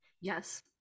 Yes